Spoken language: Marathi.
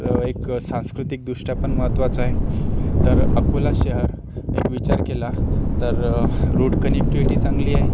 एक सांस्कृतिकदृष्ट्या पण महत्त्वाचं आहे तर अकोला शहर एक विचार केला तर रोड कनेक्टिव्हिटी चांगली आहे